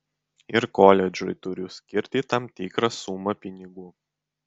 ir koledžui turiu skirti tam tikrą sumą pinigų